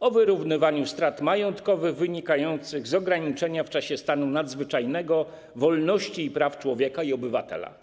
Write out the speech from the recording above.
o wyrównywaniu strat majątkowych wynikających z ograniczenia w czasie stanu nadzwyczajnego wolności i praw człowieka i obywatela.